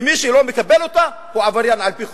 ומי שלא מקבל אותה הוא עבריין על-פי חוק.